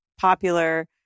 popular